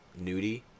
Nudie